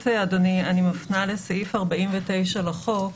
לעניין התקנות, אדוני, אני מפנה לסעיף 49 לחוק.